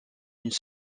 une